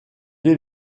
est